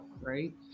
right